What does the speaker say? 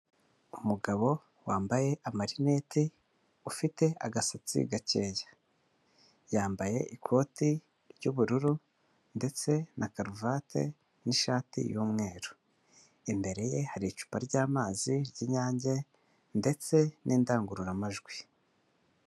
Umugabo wambaye amarineti ufite agasatsi gakeya, yambaye ikoti ry'ubururu ndetse na karuvati n'ishati y'umweru, imbere ye hari icupa ry'amazi ry'Inyange ndetse n'indangururamajwi..